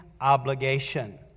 obligation